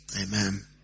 Amen